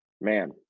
Man